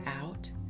out